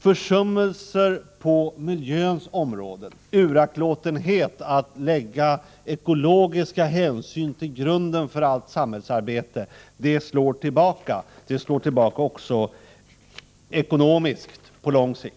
Försummelser på miljöns område, uraktlåtenhet att lägga ekologiska hänsyn till grund för allt samhällsarbete slår tillbaka, också ekonomiskt, på lång sikt.